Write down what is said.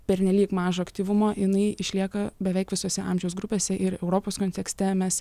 pernelyg mažo aktyvumo jinai išlieka beveik visose amžiaus grupėse ir europos kontekste mes